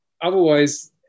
otherwise